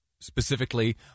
specifically